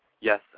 yes